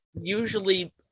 Usually